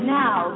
now